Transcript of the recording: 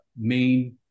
main